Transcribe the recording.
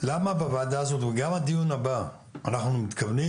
למה בוועדה הזו וגם בדיון הבא אנחנו מתכוונים